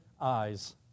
eyes